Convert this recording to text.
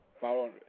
follow